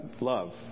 Love